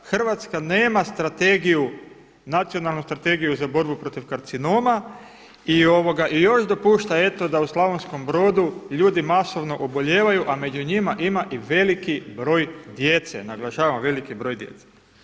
Hrvatska nema strategiju, nacionalnu strategiju za borbu protiv karcinoma i još dopušta eto da u Slavonskom Brodu ljudi masovno obolijevaju a među njima ima i veliki broj djece, naglašavam, veliki broj djece.